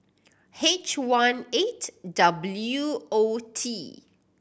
H one eight W O T